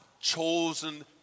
chosen